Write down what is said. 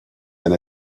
and